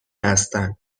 هستند